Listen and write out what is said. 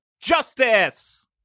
justice